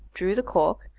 drew the cork,